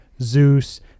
Zeus